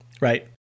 Right